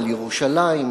על ירושלים,